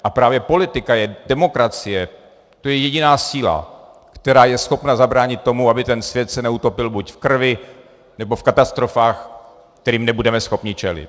A právě politika, demokracie, to je jediná síla, která je schopna zabránit tomu, aby ten svět se neutopil buď v krvi, nebo v katastrofách, kterým nebudeme schopni čelit.